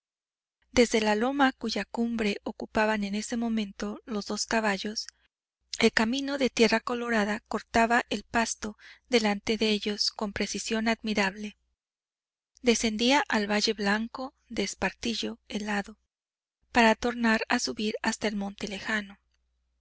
desde la loma cuya cumbre ocupaban en ese momento los dos caballos el camino de tierra colorada cortaba el pasto delante de ellos con precisión admirable descendía al valle blanco de espartillo helado para tornar a subir hasta el monte lejano